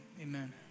amen